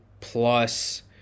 plus